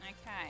okay